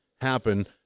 happen